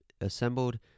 Assembled